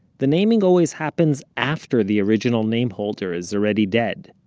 the naming always happens after the original name holder is already dead.